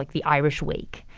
like the irish wake,